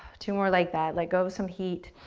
two more like that, let go of some heat,